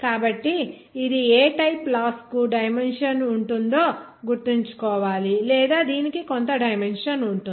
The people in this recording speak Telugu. కాబట్టి ఇది ఏ టైప్ లాస్ కు డైమెన్షన్ ఉంటుందో గుర్తుంచుకోవాలి లేదా దీనికి కొంత డైమెన్షన్ ఉంటుంది